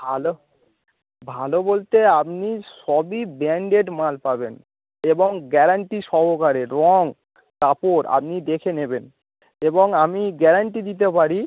ভালো ভালো বলতে আপনি সবই ব্র্যাণ্ডেড মাল পাবেন এবং গ্যারান্টি সহকারে রং কাপড় আপনি দেখে নেবেন এবং আমি গ্যারান্টি দিতে পারি